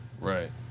Right